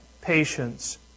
patience